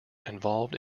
involved